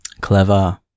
Clever